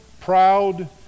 proud